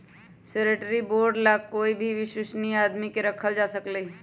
surety bond ला कोई भी विश्वस्नीय आदमी के रखल जा सकलई ह